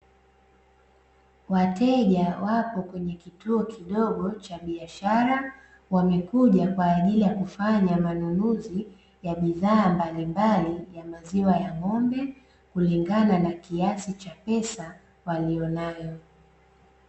Wateja wapo kwenye kituo kidogo cha biashara, wamekuja kwa ajili ya kufanya manunuzi ya bidhaa mbalimbali ya maziwa ya ng'ombe, kulingana na kiasi cha pesa waliyonayo.